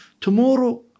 Tomorrow